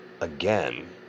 again